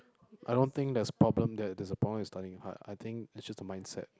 I don't think there's problem that there's a problem with studying hard I think is just a mindset